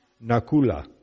Nakula